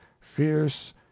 fierce